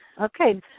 Okay